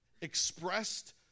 expressed